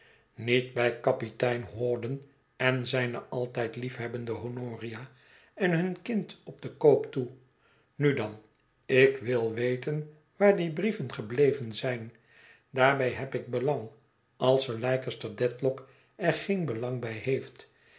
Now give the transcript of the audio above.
niet bij kapitein hawdon en zijne altijd liefhebbende honoria en hun kind op den koop toe nu dan ik wil weten waar die brieven gebleven zijn daarbij heb ik belang als sir leicester dedlock er geen belang bij heeft